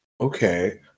okay